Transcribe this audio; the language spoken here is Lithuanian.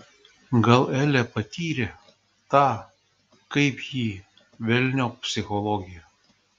gal elė patyrė tą kaip jį velniop psichologiją